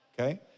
Okay